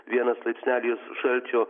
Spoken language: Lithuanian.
vienas laipsnelis šalčio